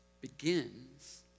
begins